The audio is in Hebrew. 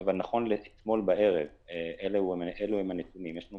נכון לאתמול בערב אלה הם הנתונים: יש לנו